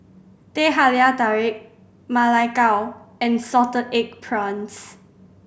Teh Halia Tarik Ma Lai Gao and salted egg prawns